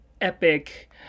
epic